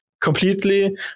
completely